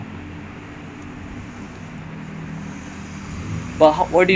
so the tamil part is மட்டும்:mattum just twenty five percent twenty five dollars but